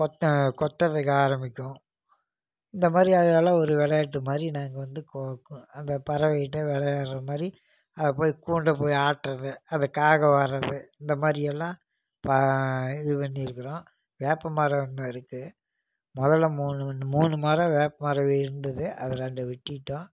கொத்த கொத்துகிறதுக்கு ஆரம்பிக்கும் இந்த மாதிரி அதுங்கெளாம் ஒரு விளையாட்டு மாதிரி நாங்கள் வந்து அந்த பறவைக்கிட்டே விளையாடுற மாதிரி அதை போய் கூண்டை போய் ஆட்டுவது அந்த காகம் வர்றது இந்த மாதிரி எல்லாம் பா இது பண்ணியிருக்குறோம் வேப்ப மரம் ஒன்று இருக்குது முதல்ல மூணு வந் மூணு மரம் வேப்ப மரம் இருந்தது அது ரெண்டை வெட்டிவிட்டோம்